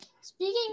Speaking